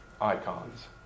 icons